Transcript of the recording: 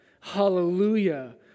Hallelujah